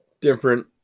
different